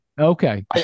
Okay